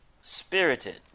spirited